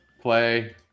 Play